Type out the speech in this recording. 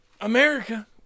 America